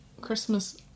Christmas